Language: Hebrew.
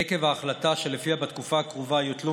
עקב ההחלטה שלפיה בתקופה הקרובה יוטלו